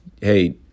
hey